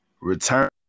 return